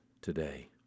today